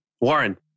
Warren